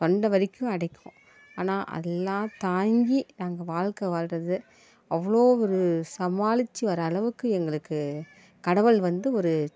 தொண்டை வரைக்கும் அடைக்கும் ஆனால் அதெல்லாம் தாங்கி நாங்கள் வாழ்க்கை வாழ்வது அவ்வளோ ஒரு சமாளித்து வர அளவுக்கு எங்களுக்கு கடவுள் வந்து ஒரு